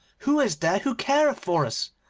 who is there who careth for us?